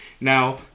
now